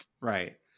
Right